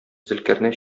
зөлкарнәй